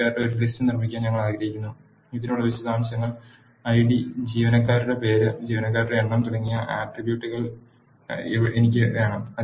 ജീവനക്കാരുടെ ഒരു ലിസ്റ്റ് നിർമ്മിക്കാൻ ഞങ്ങൾ ആഗ്രഹിക്കുന്നു ഇതിനുള്ള വിശദാംശങ്ങൾ ഐഡി ജീവനക്കാരുടെ പേര് ജീവനക്കാരുടെ എണ്ണം തുടങ്ങിയ ആട്രിബ്യൂട്ടുകൾ എനിക്ക് വേണം